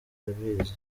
barabizi